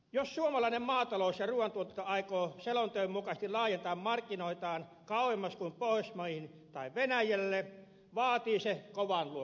jos suomalainen maatalous ja ruuantuotanto aikovat selonteon mukaisesti laajentaa markkinoitaan kauemmas kuin pohjoismaihin tai venäjälle vaatii se kovan luokan valtin